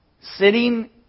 Sitting